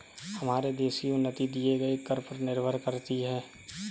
हमारे देश की उन्नति दिए गए कर पर निर्भर करती है